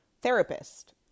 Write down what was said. therapist